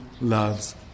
loves